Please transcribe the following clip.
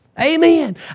Amen